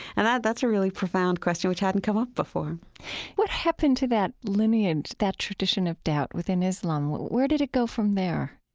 and that's a really profound question, which hadn't come up before what happened to that lineage, that tradition of doubt within islam? where did it go from there?